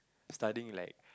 studying like